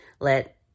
let